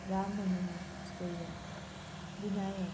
Ram Manohar Lohia Vinayak